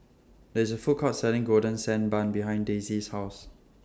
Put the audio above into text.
There IS A Food Court Selling Golden Sand Bun behind Daisy's House